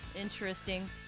interesting